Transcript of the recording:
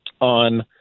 on